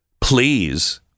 Please